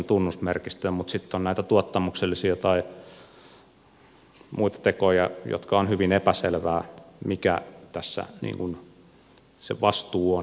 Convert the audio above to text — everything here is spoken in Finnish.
mutta sitten on näitä tuottamuksellisia tai muita tekoja joissa on hyvin epäselvää mikä tässä se vastuu on